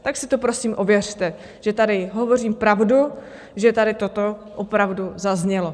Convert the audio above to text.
Tak si prosím ověřte, že tady hovořím pravdu, že tady toto opravdu zaznělo.